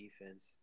defense